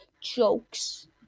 jokes